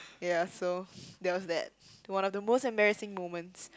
ya so that was that one of the most embarrassing moments